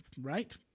right